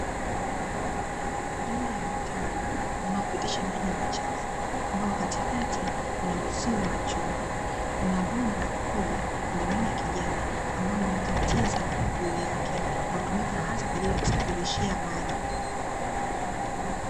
Juu ya mtaro unaopitisha maji machafu ambao katikati una uzio wa chuma, kuna bomba kubwa lenye rangi ya kijani ambalo linakatiza juu yake, ambalo hasa hutumika kwa ajili ya kusafirishia maji.